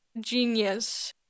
genius